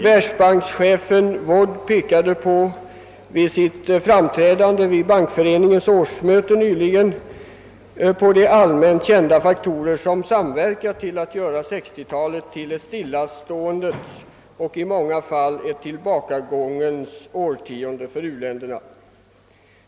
Världsbankschefen George D. Woods pekade vid sitt framträdande på Bankföreningens årsmöte nyligen på de allmänt kända faktorer som samverkar till att göra 1960 talet till ett stillaståendets och i många fall ett tillbakagångens årtionde för uländerna.